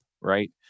right